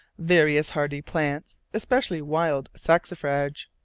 various hardy plants, especially wild saxifrage.